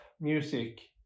music